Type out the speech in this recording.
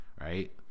right